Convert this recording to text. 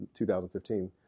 2015